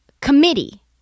committee